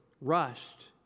rushed